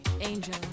Angel